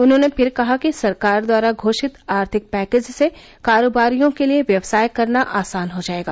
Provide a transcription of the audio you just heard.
उन्होंने फिर कहा कि सरकार द्वारा घोषित आर्थिक पैकेज से कारोबारियों के लिए व्यवसाय करना आसान हो जाएगा